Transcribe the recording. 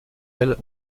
elles